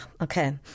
okay